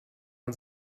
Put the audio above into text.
man